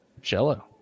Jell-O